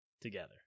together